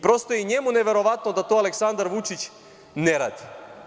Prosto i njemu je neverovatno da to Aleksandar Vučić ne radi.